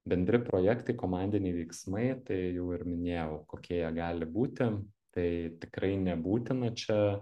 bendri projektai komandiniai veiksmai tai jau ir minėjau kokie jie gali būti tai tikrai nebūtina čia